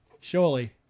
Surely